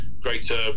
greater